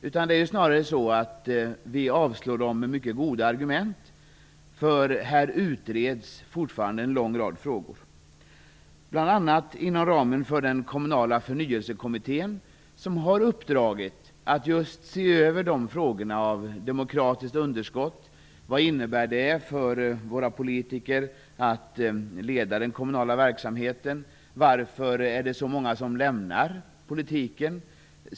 Snarare är det så att vi avslår dem med mycket goda argument. En lång rad frågor utreds nämligen fortfarande, bl.a. inom ramen för den Kommunala förnyelsekommittén. Kommittén har uppdraget att se över frågor som t.ex. vad demokratiskt underskott innebär för våra politiker i ledningen av den kommunala verksamheten. Varför är det så många som lämnar politiken?